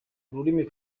ururimi